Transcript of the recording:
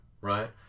right